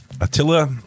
Attila